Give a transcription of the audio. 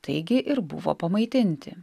taigi ir buvo pamaitinti